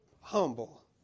Humble